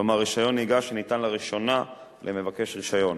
כלומר רשיון נהיגה שניתן לראשונה למבקש רשיון.